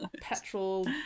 Petrol